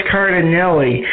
Cardinelli